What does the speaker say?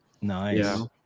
Nice